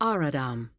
Aradam